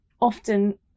often